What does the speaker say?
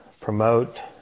promote